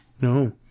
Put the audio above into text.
No